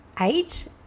eight